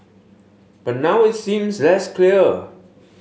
but now it seems less clear